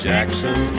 Jackson